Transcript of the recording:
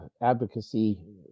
advocacy